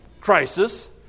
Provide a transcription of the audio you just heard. crisis